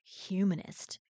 humanist